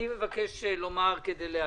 אני מבקש לומר מספר דברים: